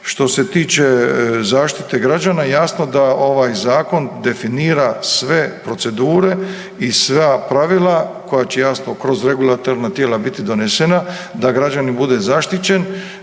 što se tiče zaštite građana jasno da ovaj zakon definira sve procedure i sva pravila koja će jasno kroz regulatorna tijela biti donešena da građanin bude zaštićen.